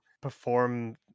perform